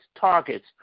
targets